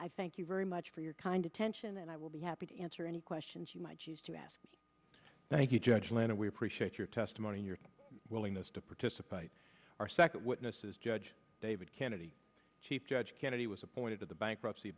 i thank you very much for your kind attention and i will be happy to answer any questions you might choose to ask thank you judge lane and we appreciate your testimony your willingness to participate are second witnesses judge david kennedy chief judge kennedy was appointed to the bankruptcy